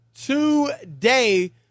today